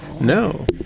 No